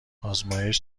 آزمایش